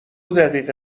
دقیقه